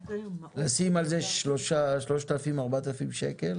לשים על זה 3,000-4,000 שקלים